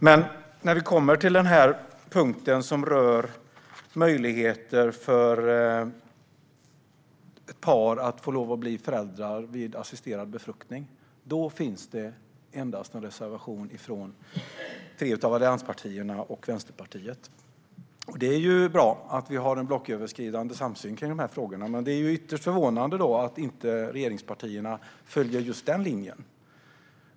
Men när det gäller punkten som rör möjligheten för par att få bli föräldrar vid assisterad befruktning finns en reservation från tre av allianspartierna och Vänsterpartiet. Det är bra att vi har en blocköverskridande samsyn i dessa frågor. Det är dock ytterst förvånande att regeringspartierna inte följer just denna linje.